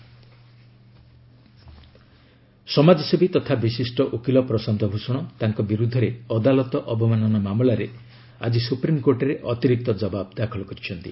Bhushan supplementary reply ସମାଜସେବୀ ତଥା ବିଶିଷ୍ଟ ଓକିଲ ପ୍ରଶାନ୍ତ ଭୂଷଣ ତାଙ୍କ ବିରୁଦ୍ଧରେ ଅଦାଲତ ଅବମାନନା ମାମଲାରେ ଆଜି ସୁପ୍ରିମ୍କୋର୍ଟରେ ଅତିରିକ୍ତ ଜବାବ ଦାଖଲ କରିଛନ୍ତି